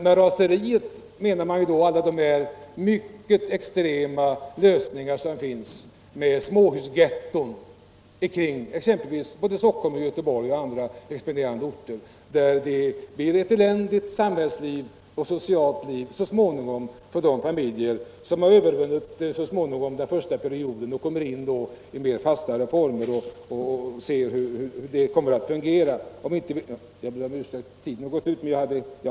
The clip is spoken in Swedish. Med raseriet menas alla de mycket extrema lösningar i form av småhusgetton som finns kring Stockholm, Göteborg och andra expanderande orter. Då den första perioden är förbi och allting i dessa områden börjar fungera i fastare former så märker människorna att det är eländiga förhållanden när det gäller samhällsliv och socialt liv som de råkat in i.